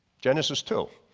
genesis two.